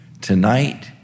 Tonight